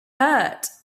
hurt